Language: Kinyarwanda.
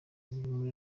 muri